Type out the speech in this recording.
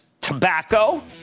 tobacco